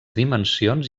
dimensions